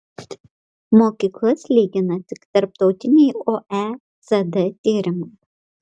mokyklas lygina tik tarptautiniai oecd tyrimai